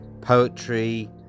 poetry